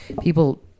People